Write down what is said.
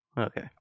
Okay